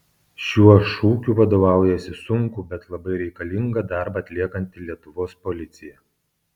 šiuo šūkiu vadovaujasi sunkų bet labai reikalingą darbą atliekanti lietuvos policija